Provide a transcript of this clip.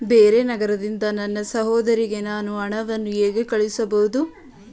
ಬೇರೆ ನಗರದಿಂದ ನನ್ನ ಸಹೋದರಿಗೆ ನಾನು ಹಣವನ್ನು ಹೇಗೆ ಕಳುಹಿಸಬಹುದು?